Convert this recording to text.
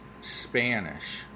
Spanish